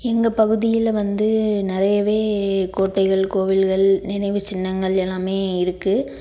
எங்கள் பகுதியில் வந்து நிறையவே கோட்டைகள் கோவில்கள் நினைவுச்சின்னங்கள் எல்லாமே இருக்குது